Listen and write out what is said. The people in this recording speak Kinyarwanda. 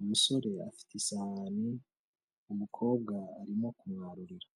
umusore afite isahani, umukobwa arimo kumwarurira.